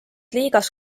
liigas